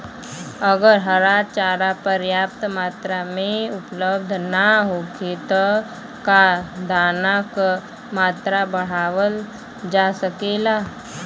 अगर हरा चारा पर्याप्त मात्रा में उपलब्ध ना होखे त का दाना क मात्रा बढ़ावल जा सकेला?